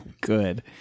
good